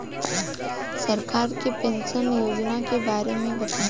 सरकार के पेंशन योजना के बारे में बताईं?